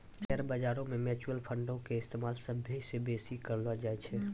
share बजारो मे mutual फंडो के इस्तेमाल सभ्भे से बेसी करलो जाय छै